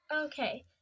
Okay